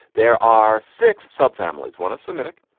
there are six subfamilies, one of semitic,